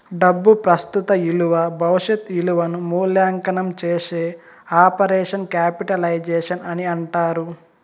డబ్బు ప్రస్తుత ఇలువ భవిష్యత్ ఇలువను మూల్యాంకనం చేసే ఆపరేషన్ క్యాపిటలైజేషన్ అని అంటారు